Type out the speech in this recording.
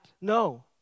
No